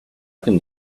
can